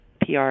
PR